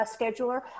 scheduler